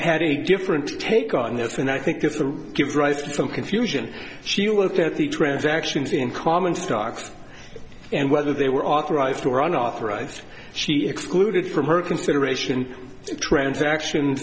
had a different take on this and i think it's to give rise to some confusion she looked at the transactions in common stocks and whether they were authorized to run authorized she excluded from her consideration of transactions